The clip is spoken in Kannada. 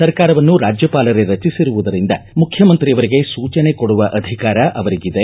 ಸರ್ಕಾರವನ್ನು ರಾಜ್ಯಪಾಲರೇ ರಚಿಸಿರುವುದರಿಂದ ಮುಖ್ಯಮಂತ್ರಿಯರಿಗೆ ಸೂಚನೆ ಕೊಡುವ ಅಧಿಕಾರ ಅವರಿಗಿದೆ